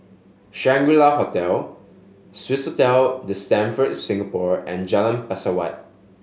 Shangri La Hotel Swissotel The Stamford Singapore and Jalan Pesawat